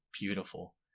beautiful